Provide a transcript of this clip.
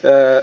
öä